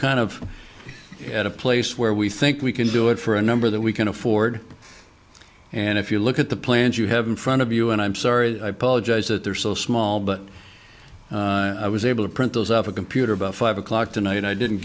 kind of at a place where we think we can do it for a number that we can afford and if you look at the plans you have in front of you and i'm sorry i apologize that they're so small but i was able to print those up a computer about five o'clock tonight i didn't